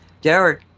Derek